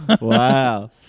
Wow